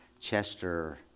Chester